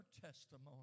testimony